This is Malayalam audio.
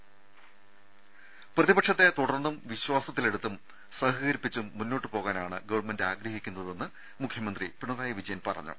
രുമ പ്രതിപക്ഷത്തെ തുടർന്നും വിശ്വാസത്തിലെടുത്തും സഹകരിപ്പിച്ചും മുന്നോട്ട് പോകാനാണ് ഗവൺമെന്റ് ആഗ്രഹിക്കുന്നതെന്ന് മുഖ്യമന്ത്രി പിണറായി വിജയൻ പറഞ്ഞു